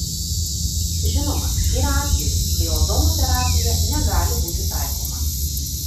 žinoma yra atvejų kai ozono terapija negali būti taikoma